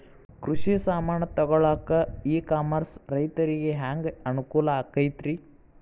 ಕೃಷಿ ಸಾಮಾನ್ ತಗೊಳಕ್ಕ ಇ ಕಾಮರ್ಸ್ ರೈತರಿಗೆ ಹ್ಯಾಂಗ್ ಅನುಕೂಲ ಆಕ್ಕೈತ್ರಿ?